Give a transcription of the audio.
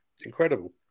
incredible